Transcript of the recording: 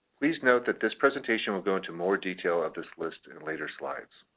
please note that this presentation will go into more detail of this list in later slides